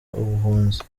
ubuhunzi